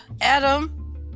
Adam